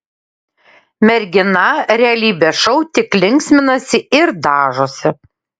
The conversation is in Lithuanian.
mergina realybės šou tik linksminasi ir dažosi